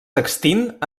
extint